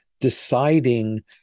deciding